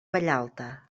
vallalta